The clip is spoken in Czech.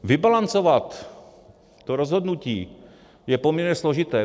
Vybalancovat to rozhodnutí je poměrně složité.